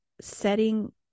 setting